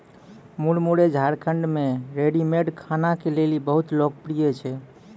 मुरमुरे झारखंड मे रेडीमेड खाना के लेली बहुत लोकप्रिय छै